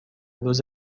روز